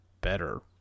better